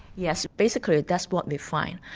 yes, basically that's what we find.